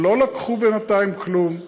לא לקחו בינתיים כלום,